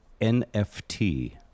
NFT